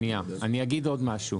שניה אני אגיד עוד משהו.